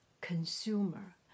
consumer